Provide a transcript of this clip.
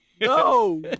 No